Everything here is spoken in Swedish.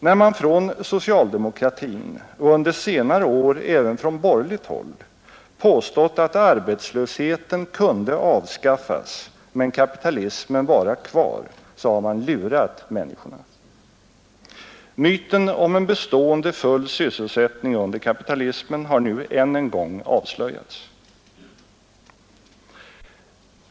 När man från socialdemokratin och under senare år även från borgerligt håll påstått att arbetslösheten kunde avskaffas, men kapitalismen vara kvar, så har man lurat människorna. Myten om en bestående full sysselsättning under kapitalismen har nu än en gång avslöjats.